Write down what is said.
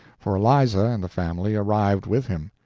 for eliza and the family arrived with him.